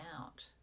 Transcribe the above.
out